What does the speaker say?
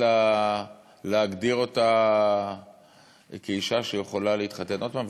להגדיר אותה כאישה שיכולה להתחתן שוב,